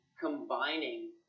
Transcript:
combining